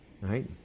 Right